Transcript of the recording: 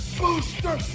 booster